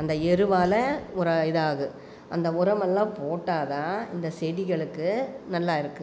அந்த எருவால் ஒரு இதாகும் அந்த உரமெல்லாம் போட்டால் தான் இந்த செடிகளுக்கு நல்லாயிருக்குது